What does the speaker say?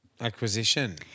acquisition